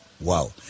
Wow